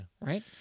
right